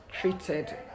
treated